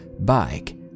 bike